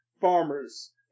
Farmers